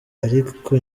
ariko